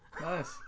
Nice